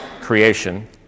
creation